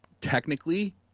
Technically